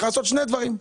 צריך לעשות שני דברים.